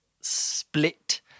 split